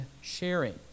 sharing